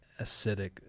acidic